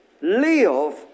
Live